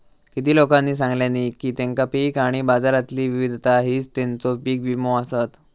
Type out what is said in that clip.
किती लोकांनी सांगल्यानी की तेंचा पीक आणि बाजारातली विविधता हीच तेंचो पीक विमो आसत